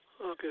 Okay